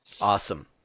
Awesome